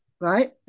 right